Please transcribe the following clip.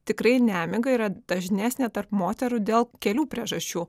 tikrai nemiga yra dažnesnė tarp moterų dėl kelių priežasčių